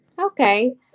Okay